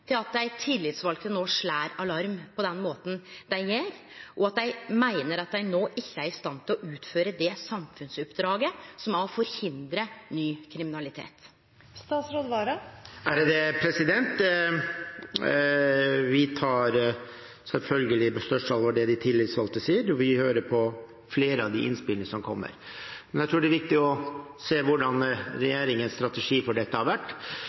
til at dei tillitsvalde no slår alarm på den måten dei gjer, og at dei meiner at dei no ikkje er i stand til å utføre det samfunnsoppdraget som er å hindre ny kriminalitet? Vi tar selvfølgelig på største alvor det som de tillitsvalgte sier, og vi hører på flere av de innspillene som kommer. Men jeg tror det er viktig å se hvordan regjeringens strategi for dette har vært.